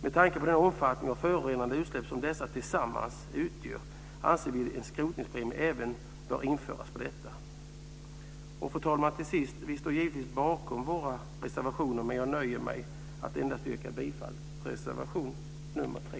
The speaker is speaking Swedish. Med tanke på omfattningen av förorenande utsläpp från dessa tillsammans anser vi att en skrotningspremie bör införas även för dessa. Fru talman! Till sist står vi givetvis bakom våra reservationer, men jag nöjer mig med att yrka bifall endast till reservation nr 3.